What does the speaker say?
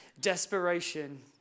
Desperation